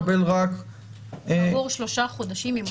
כעבור שלושה חודשים.